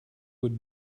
would